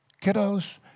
Kiddos